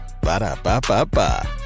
Ba-da-ba-ba-ba